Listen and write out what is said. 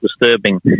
disturbing